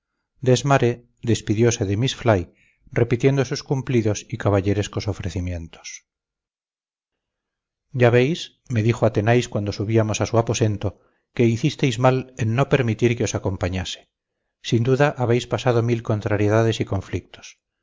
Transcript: desmarets despidiose de miss fly repitiendo sus cumplidos y caballerescos ofrecimientos ya veis me dijo athenais cuando subíamos a su aposento que hicisteis mal en no permitir que os acompañase sin duda habéis pasado mil contrariedades y conflictos